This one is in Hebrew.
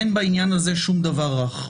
אין בעניין הזה שום דבר רך.